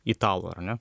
italų ar ne